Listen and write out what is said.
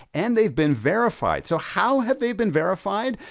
and they've been verified. so how have they been verified?